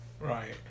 Right